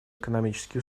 экономические